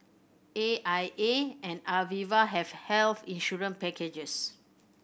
A I A and Aviva have health insurance packages